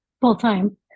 full-time